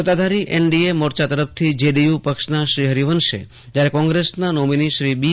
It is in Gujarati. સત્તાધારી એનડીએ મોરચા તરફથી જેડીયુ પક્ષના હરિવંશજયારે કોંગ્રેસના નોમીની બી